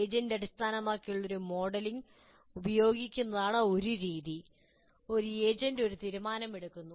agent അടിസ്ഥാനമാക്കിയുള്ള modelling ഉപയോഗിക്കുന്നതാണ് ഒരു രീതി ഒരു ഏജന്റ് ഒരു തീരുമാനമെടുക്കുന്നു